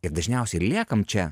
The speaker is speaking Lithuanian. ir dažniausiai ir liekam čia